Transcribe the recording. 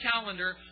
calendar